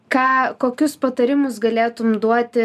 ką kokius patarimus galėtum duoti